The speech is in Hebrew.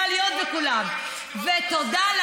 לא עובדת לא